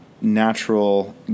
natural